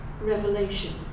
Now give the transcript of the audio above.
revelation